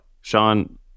Sean